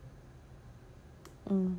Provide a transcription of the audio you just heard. mm